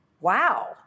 wow